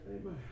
Amen